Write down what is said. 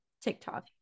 TikTok